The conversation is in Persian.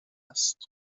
است